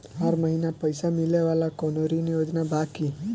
हर महीना पइसा मिले वाला कवनो ऋण योजना बा की?